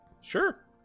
Sure